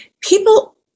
people